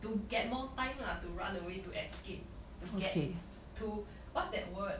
to get more time lah to run away to escape to get to what's that word